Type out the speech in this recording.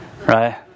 right